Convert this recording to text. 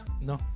No